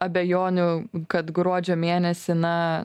abejonių kad gruodžio mėnesį na